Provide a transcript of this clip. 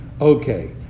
okay